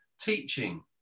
teaching